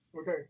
okay